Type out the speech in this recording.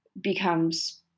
becomes